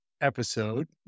episode